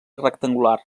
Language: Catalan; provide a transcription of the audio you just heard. rectangular